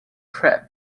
crepe